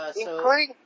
including